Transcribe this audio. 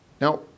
Now